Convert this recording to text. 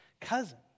cousin